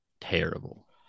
terrible